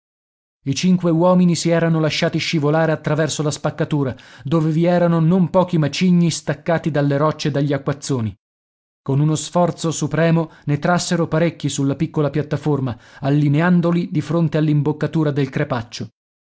i cinque uomini si erano lasciati scivolare attraverso la spaccatura dove vi erano non pochi macigni staccati dalle rocce dagli acquazzoni con uno sforzo supremo ne trassero parecchi sulla piccola piattaforma allineandoli di fronte all'imboccatura del crepaccio